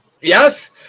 Yes